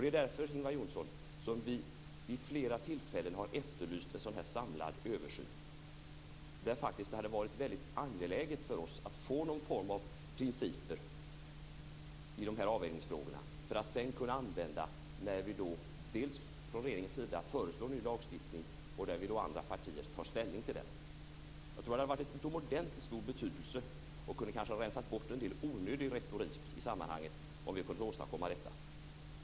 Det är därför, Ingvar Johnsson, som vi vid flera tillfällen har efterlyst en samlad översyn. Det är angeläget för oss med någon form av vägledande principer i dessa avvägningsfrågor som kan tillämpas när regeringen föreslår en lagstiftning och vi övriga partier tar ställning till den. Det hade varit av utomordentligt stor betydelse och det kunde ha rensat bort en del onödig retorik om man hade kunnat åstadkomma detta.